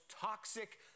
toxic